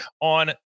on